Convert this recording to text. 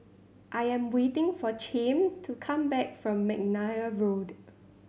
I am waiting for Chaim to come back from McNair Road